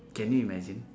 can you imagine